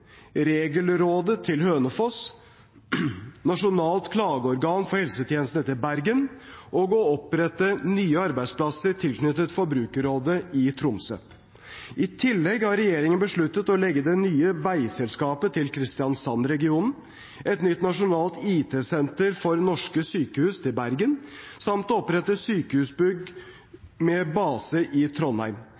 Regelrådet til Hønefoss, Nasjonalt klageorgan for helsetjenesten til Bergen og å opprette nye arbeidsplasser tilknyttet Forbrukerrådet i Tromsø. I tillegg har regjeringen besluttet å legge det nye veiselskapet til Kristiansand-regionen, et nytt Nasjonalt IT-senter for norske sykehus til Bergen samt å opprette Sykehusbygg HF med base i Trondheim.